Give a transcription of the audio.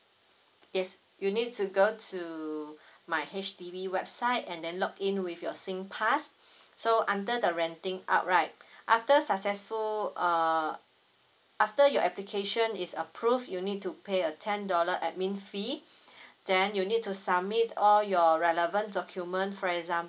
yes you need to go to MYHDB website and then login with your SINGPASS so under the renting out right after successful err after your application is approved you need to pay a ten dollar admin fee then you need to submit all your relevant document for example